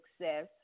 success